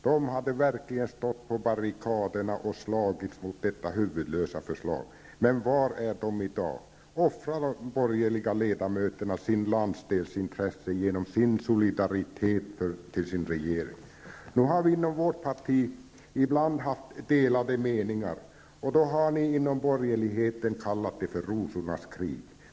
De hade verkligen stått på barrikaderna och slagits mot detta huvudlösa förslag. Men var är de i dag? Offrar de borgerliga ledamöterna sin landsdels intressen genom sin solidaritet med regeringen? Vi har inom vårt parti ibland haft delade meningar, och då har ni inom borgerligheten kallat det för rosornas krig.